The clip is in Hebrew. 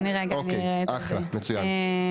אוקיי, אחלה, מצוין.